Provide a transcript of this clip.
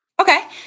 Okay